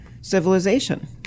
civilization